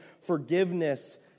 forgiveness